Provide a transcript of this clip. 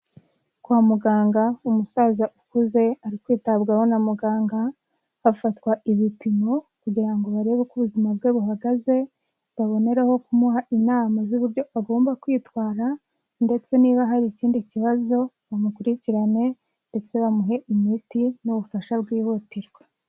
Kwa muganga umusaza ukuze ari kwitabwaho na muganga, hafatwa ibipimo kugira ngo barebe uko ubuzima bwe buhagaze, baboneraho kumuha inama z'uburyo agomba kwitwara ndetse niba hari ikindi kibazo bamukurikirane, ndetse bamuhe imiti n'ubufasha bwihutirwa.